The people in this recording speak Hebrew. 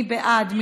מי בעד?